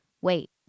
Wait